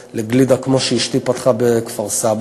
לגלידה, כמו שאשתי פתחה בכפר-סבא,